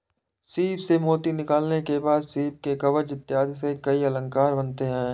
सीप से मोती निकालने के बाद सीप के कवच इत्यादि से कई अलंकार बनते हैं